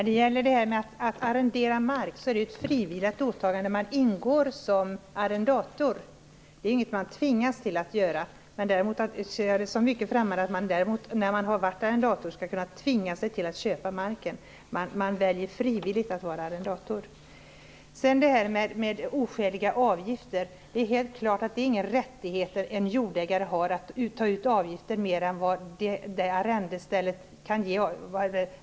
Herr talman! Det är ett frivilligt åtagande man gör som arrendator när man arrenderar mark. Det är inget man tvingas till att göra. Däremot ser jag det som mycket främmande att man när man varit arrendator skall kunna tvinga sig till att köpa marken. Man väljer frivilligt att vara arrendator. Sedan till frågan om oskäliga avgifter. Det är helt klart att en jordägare inte har någon rättighet att ta ut avgifter utöver vad arrendestället kan bära.